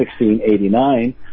1689